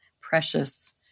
precious